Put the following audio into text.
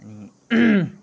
अनि